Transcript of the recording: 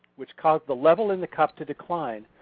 which caused the level in the cup to decline,